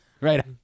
right